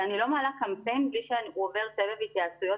ואני לא מעלה קמפיין בלי שהוא עובר סבב התייעצויות